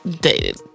dated